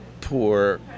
poor